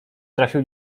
trafił